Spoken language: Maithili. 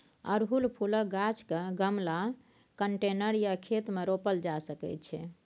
अड़हुल फुलक गाछ केँ गमला, कंटेनर या खेत मे रोपल जा सकै छै